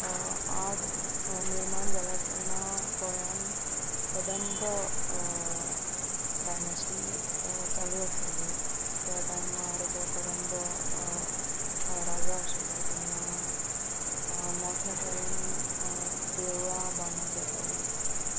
art निर्माण जाला जेन्ना गोंयान कदंब डायनेस्टी चालू आशिल्ली त्या टायमार जो कदंब राजा आशिल्लो तेन्ना मोठ्या तरेन देवळां बानप जातालीं